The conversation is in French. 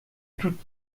toutes